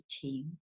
team